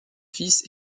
fils